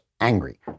angry